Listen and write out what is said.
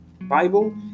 Bible